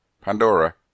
Pandora